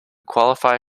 qualify